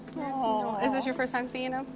aww. is this your first time seeing him?